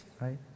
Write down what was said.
Right